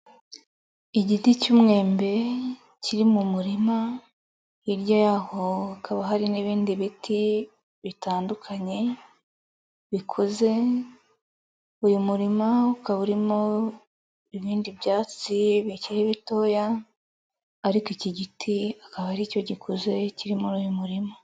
Igiti cy'umwembe kiri mu murima, hirya y'aho hakaba hari n'ibindi biti bitandukanye bikuze, uyu murima ukaba urimo ibindi byatsi bikiri bitoya, ariko iki giti akaba aricyo gikuze kiri muri uyu murima.